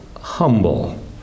humble